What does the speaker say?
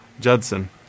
Judson